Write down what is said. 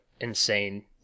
insane